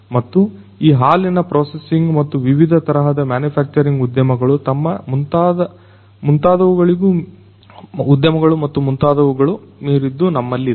ಮತ್ತು ಈ ಹಾಲಿನ ಪ್ರೋಸಸಿಂಗ್ ಮತ್ತು ವಿವಿಧ ತರಹದ ಮ್ಯಾನುಫ್ಯಾಕ್ಚರಿಂಗ್ ಉದ್ಯಮಗಳು ಮತ್ತು ಮುಂತಾದವು ಗಳಿಗೂ ಮೀರಿದ್ದು ನಮ್ಮಲ್ಲಿದೆ